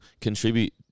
contribute –